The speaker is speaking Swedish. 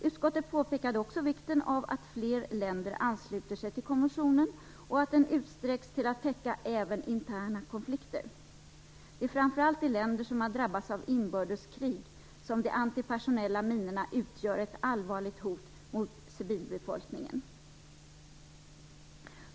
Utskottet påpekade också vikten av att fler länder ansluter sig till konventionen och att den utsträcks till att täcka även interna konflikter. Det är framför allt i länder som har drabbats av inbördeskrig som de antipersonella minorna utgör ett allvarligt hot mot civilbefolkningen.